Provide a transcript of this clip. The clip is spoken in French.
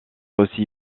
aussi